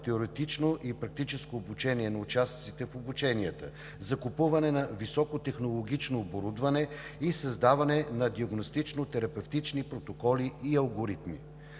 теоретично и практическо обучение на участниците в обученията, закупуване на високотехнологично оборудване и създаване на диагностично-терапевтични протоколи и алгоритми.